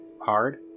hard